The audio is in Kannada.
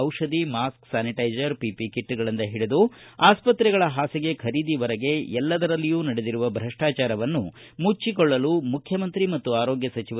ಔಷಧಿ ಮಾಸ್ಕ್ ಸ್ಕಾನಿಟೈಸರ್ ಪಿಪಿ ಕಿಟ್ ಗಳಿಂದ ಹಿಡಿದು ಆಸ್ಪತ್ರೆಗಳ ಹಾಸಿಗೆ ಖರೀದಿ ವರೆಗೆ ಎಲ್ಲದರಲ್ಲಿಯೂ ನಡೆದಿರುವ ಭ್ರಷ್ಟಾಚಾರವನ್ನು ಮುಚ್ಚಿಕೊಳ್ಳಲು ಮುಖ್ಯಮಂತ್ರಿ ಮತ್ತು ಆರೋಗ್ಯ ಸಚಿವ ಡಾ